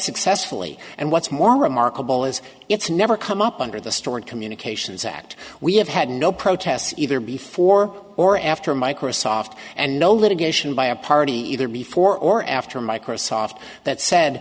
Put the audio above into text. successfully and what's more remarkable is it's never come up under the stored communications act we have had no protests either before or after microsoft and no litigation by a party either before or after microsoft that said